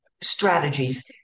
strategies